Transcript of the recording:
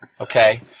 okay